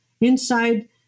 Inside